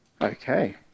Okay